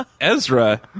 Ezra